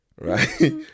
Right